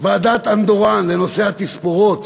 ועדת אנדורן לנושא התספורות,